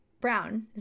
Brown